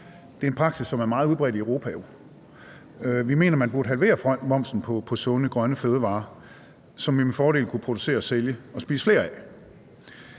Det er jo en praksis, som er meget udbredt i Europa. Vi mener, at man burde halvere momsen på sunde, grønne fødevarer, som man med fordel kunne producere, sælge og spise flere af.